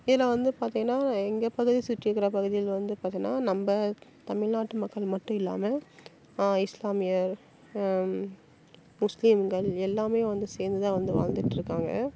இதில் வந்து பார்த்தீனா எங்கள் பகுதி சுற்றியிருக்குற பகுதியில் வந்து பார்த்தீனா நம்ம தமிழ்நாட்டு மக்கள் மட்டும் இல்லாமல் இஸ்லாமியர் முஸ்லீம்கள் எல்லாமே வந்து சேர்ந்துதான் வந்து வாழ்ந்துகிட்ருக்காங்க